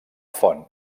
font